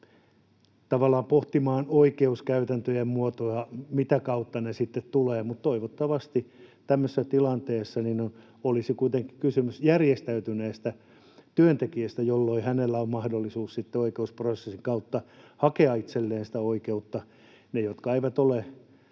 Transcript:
pohtimaan oikeuskäytäntöjen muotoja, mitä kautta ne sitten tulevat. Mutta toivottavasti tämmöisessä tilanteessa olisi kuitenkin kysymys järjestäytyneestä työntekijästä, jolloin hänellä on mahdollisuus sitten oikeusprosessin kautta hakea itselleen sitä oikeutta. Heille, jotka eivät ole